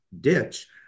ditch